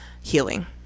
healing